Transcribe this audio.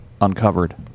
uncovered